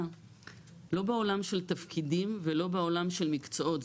לא בעולם של תפקידים ולא בעולם של מקצועות,